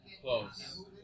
close